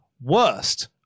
worst